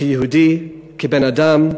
כיהודי, כבן-אדם,